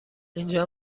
اینجا